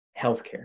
healthcare